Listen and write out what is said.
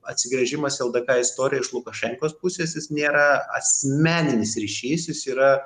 atsigręžimas į ldk istoriją iš lukašenkos pusės jis nėra asmeninis ryšys jis yra